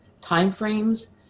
timeframes